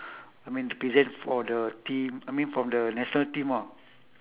I mean to represent for the team I mean from the national team ah